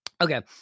Okay